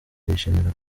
bishimira